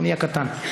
אני הקטן.